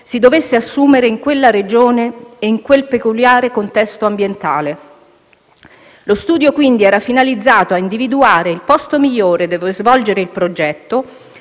si dovesse assumere in quella regione e in quel peculiare contesto ambientale. Lo studio quindi era finalizzato a individuare il posto migliore dove svolgere il progetto